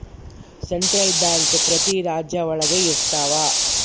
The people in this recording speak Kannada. ಸೆಂಟ್ರಲ್ ಬ್ಯಾಂಕ್ ಪ್ರತಿ ರಾಜ್ಯ ಒಳಗ ಇರ್ತವ